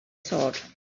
thought